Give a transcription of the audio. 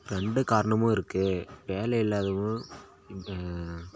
ரெண்டு காரணமும் இருக்குது வேலை இல்லாதவும்